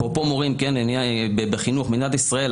אפרופו מורים וחינוך במדינת ישראל,